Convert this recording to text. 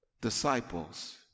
disciples